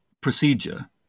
procedure